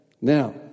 Now